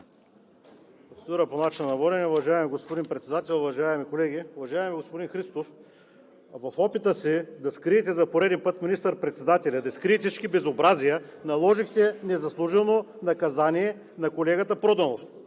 Процедура по начина на водене. Уважаеми господин Председател, уважаеми колеги! Уважаеми господин Христов, в опита си да скриете за пореден път министър-председателя и да скриете всички безобразия, наложихте незаслужено наказание на колегата Проданов.